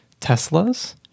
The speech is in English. Teslas